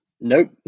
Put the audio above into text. Nope